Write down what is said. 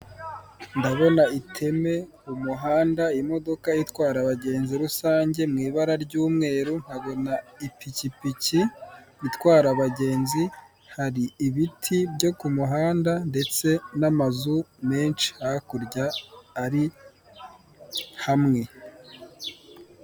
ndabona iteme, umuhanda, imodoka itwara abagenzi rusange mu ibara ry'umweru, nkabona ipikipiki itwara abagenzi, hari ibiti byo ku muhanda ndetse n'amazu menshi hakurya ari hamwe.